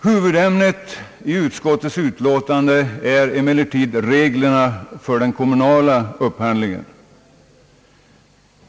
Huvudämnet i utskottets utlåtande är emellertid reglerna för den kommunala upphandlingen.